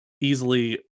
easily